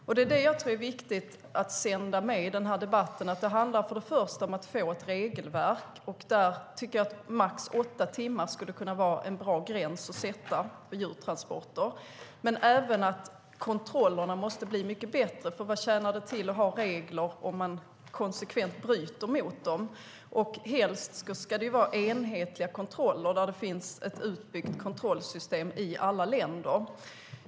Jag tror att det är viktigt att sända med i den här debatten att det för det första handlar om att få ett regelverk - och där tycker jag att åtta timmar skulle kunna vara en bra gräns att sätta för djurtransporter - och för det andra att kontrollerna måste bli mycket bättre. Vad tjänar det till att ha regler om man konsekvent bryter mot dem? Helst ska det vara enhetliga regler med ett utbyggt kontrollsystem i alla länder.